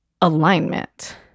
alignment